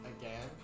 again